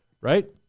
right